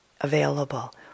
available